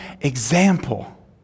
example